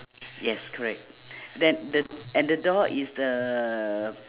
yes correct then the and the door is the